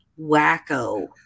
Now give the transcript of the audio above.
Wacko